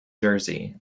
jersey